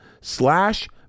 slash